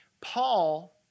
Paul